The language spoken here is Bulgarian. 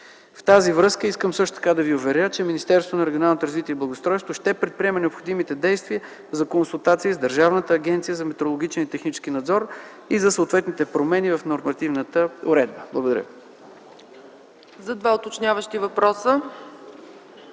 с това искам също така да Ви уверя, че Министерството на регионалното развитие и благоустройството ще предприеме необходимите действия за консултация с Държавната агенция за метрологичен и технически надзор и за съответните промени в нормативната уредба. Благодаря ви.